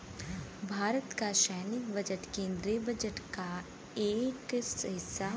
भारत क सैनिक बजट केन्द्रीय बजट क एक हिस्सा होला